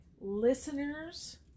listeners